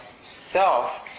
self